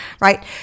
right